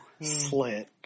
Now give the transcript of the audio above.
Slit